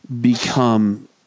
become